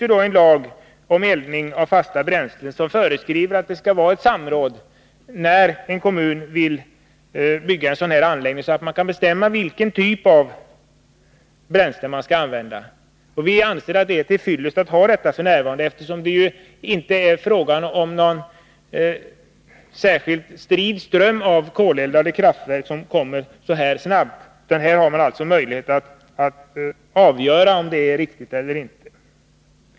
Här gäller en lag om utförande av eldningsanläggningar för fast bränsle i vilken föreskrivs att det skall vara samråd när en kommun vill bygga en sådan här anläggning, så att man kan bestämma vilken typ av bränsle som skall användas. Vi anser att det är till fyllest f. n., eftersom det inte är fråga om någon särskilt strid ström av koleldade kraftverk som kommer så här snabbt. Här har man möjlighet att avgöra om allt är riktigt eller inte.